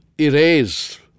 erase